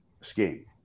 scheme